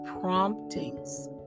promptings